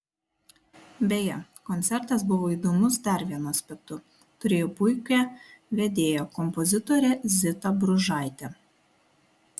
beje koncertas buvo įdomus dar vienu aspektu turėjo puikią vedėją kompozitorę zitą bružaitę